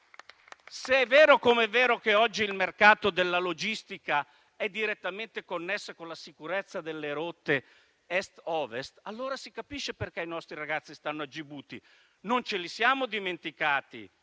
Se è vero, come è vero, che oggi il mercato della logistica è direttamente connesso con la sicurezza delle rotte Est-Ovest, allora si capisce perché i nostri ragazzi stanno in Gibuti: non ci siamo dimenticati